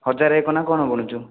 ହଜାର ଏକ ନା କ'ଣ ବୁଣୁଚୁ